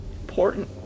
important